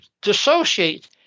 dissociate